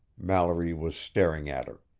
mallory was staring at her.